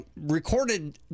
recorded